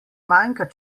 manjka